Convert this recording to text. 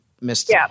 missed